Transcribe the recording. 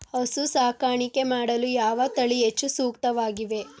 ಹಸು ಸಾಕಾಣಿಕೆ ಮಾಡಲು ಯಾವ ತಳಿ ಹೆಚ್ಚು ಸೂಕ್ತವಾಗಿವೆ?